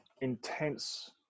intense